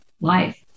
life